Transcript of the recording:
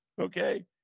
Okay